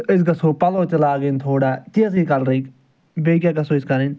تہٕ أسۍ گژھَو پَلَو تہِ لاگٕنۍ تھوڑا تیزٕے کَلرٕک بیٚیہِ کیٛاہ گژھَو أسۍ کَرٕنۍ